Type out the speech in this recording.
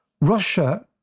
Russia